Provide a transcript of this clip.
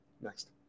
Next